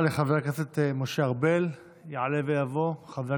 תותחנים וחיל צנחנים, "אֶלֶף לַמַּטֶּה